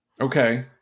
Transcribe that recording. Okay